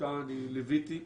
אותה אני ליוויתי מראשיתה,